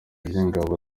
by’ingabo